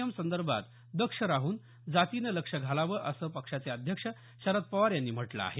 M संदर्भात दक्ष राहून जातीनं लक्ष घालावं असं पक्षाचे अध्यक्ष शरद पवार यांनी म्हटलं आहे